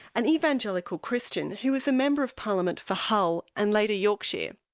an evangelical christian, who was the member of parliament for hull, and later yorkshire.